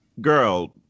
girl